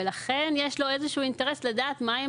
ולכן יש לו איזה שהוא אינטרס לדעת מהם